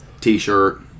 T-shirt